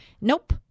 Nope